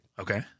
Okay